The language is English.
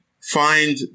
find